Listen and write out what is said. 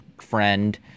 friend